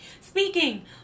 Speaking